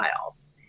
miles